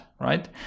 right